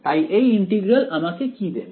তাই এই ইন্টিগ্রাল আমাকে কি দেবে